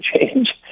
change